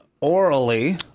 orally